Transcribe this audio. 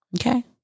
Okay